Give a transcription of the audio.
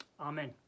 Amen